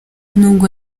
nubwo